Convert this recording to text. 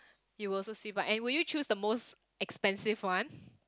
you will also sweep but and will you choose the most expensive one